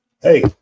hey